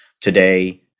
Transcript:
today